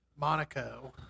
Monaco